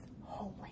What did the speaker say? holy